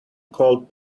cold